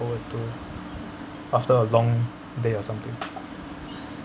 look forward to after a long day or something